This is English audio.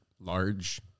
large